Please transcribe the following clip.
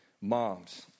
moms